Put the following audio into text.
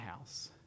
house